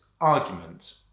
argument